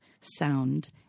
sound